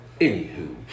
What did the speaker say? Anywho